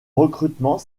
recrutement